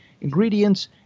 ingredients